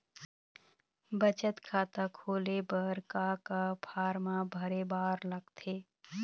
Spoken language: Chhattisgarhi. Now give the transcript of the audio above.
बचत खाता खोले बर का का फॉर्म भरे बार लगथे?